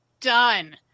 done